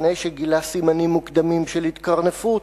לפני שגילה סימנים מוקדמים של התקרנפות,